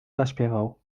zaśpiewał